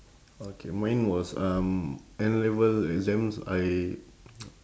okay mine was um N-level exams I